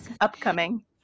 Upcoming